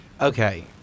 Okay